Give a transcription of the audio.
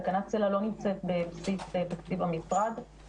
תקנת סל"ע לא נמצאת בבסיס תקציב המשרד.